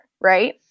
right